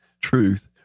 truth